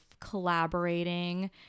collaborating